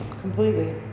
completely